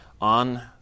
on